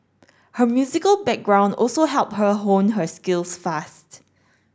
her musical background also helped her hone her skills fast